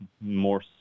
more